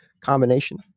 combination